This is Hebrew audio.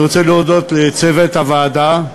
אני רוצה להודות לצוות הוועדה,